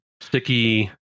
sticky